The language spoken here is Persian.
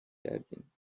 کردیم